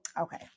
Okay